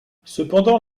cependant